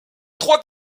trois